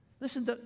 Listen